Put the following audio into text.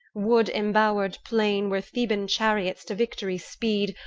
wood-embowered plain where theban chariots to victory speed,